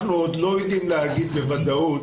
אנחנו עוד לא יודעים להגיד בוודאות